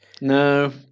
No